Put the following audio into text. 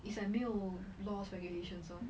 it's like 没有 laws regulations lor